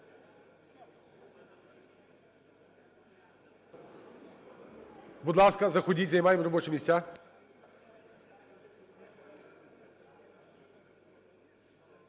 Будь ласка, заходіть, займаємо робочі місця.